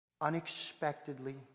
unexpectedly